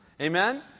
Amen